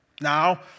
Now